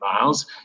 miles